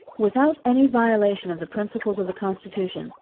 without any violation of the principles of the constitution,